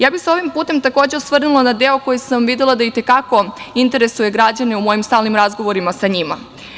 Ja bih se ovim putem takođe osvrnula na deo koji sam videla da i te kako interesuje građane u mojim stalnim razgovorima sa njima.